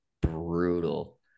brutal